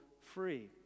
free